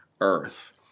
earth